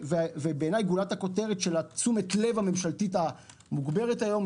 גולת הכותרת של תשומת הממשלתית המוגברת היום,